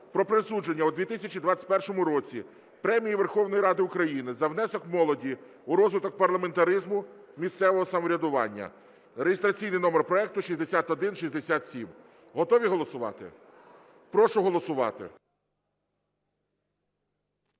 про присудження 2021 році Премії Верховної Ради України за внесок молоді у розвиток парламентаризму, місцевого самоврядування (реєстраційний номер проекту 6167). Готові голосувати? Прошу голосувати.